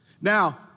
Now